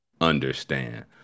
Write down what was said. understand